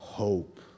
Hope